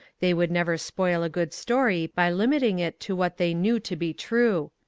they would never spoil a good story by limiting it to what they knew to be true.